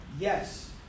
Yes